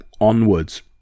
onwards